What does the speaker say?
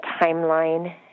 timeline